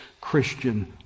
Christian